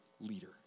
leader